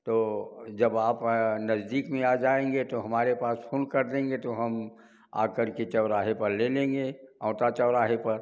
तो जब आप नज़दीक में आ जाएँगे तो हमारे पास फ़ोन कर देंगे तो हम आ करके चौराहे पर ले लेंगे औता चौराहे पर